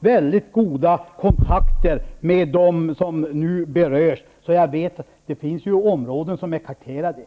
mycket goda kontakter med dem som nu berörs så jag vet att det finns områden som är karterade.